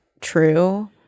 true